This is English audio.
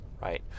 right